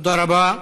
תודה רבה.